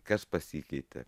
kas pasikeitė